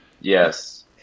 Yes